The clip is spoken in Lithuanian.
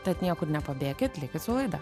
tad niekur nepabėkit likit su laida